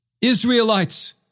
Israelites